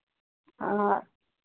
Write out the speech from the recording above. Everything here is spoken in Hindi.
हाँ